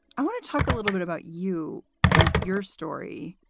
i want to talk a little bit about you and your story.